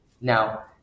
Now